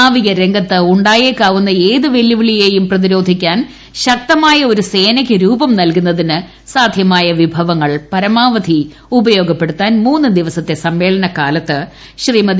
നാവിക രംഗത്ത് ഉണ്ടായേക്കാവുന്ന ഏത് വെല്ലുവിളിയേയും പ്രതിരോധിക്കാൻ ശക്തമായ ഒരു സേനയ്ക്ക് രൂപം നല്കുന്നതിന് സാധ്യമായ വിഭവങ്ങൾ പരമാവധി ഉപയോഗപ്പെടുത്താൻ മൂന്ന് ദിവസത്തെ സമ്മേളനകാലത്ത് ശ്രീമതി